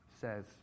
says